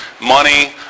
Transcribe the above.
money